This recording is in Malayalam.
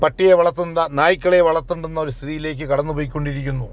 പട്ടിയെ വളർത്തേണ്ട നായ്ക്കളെ വളർത്തേണ്ടുന്ന ഒരു സ്ഥിതിയിലേക്ക് കടന്നുപോയിക്കൊണ്ടിരിക്കുന്നു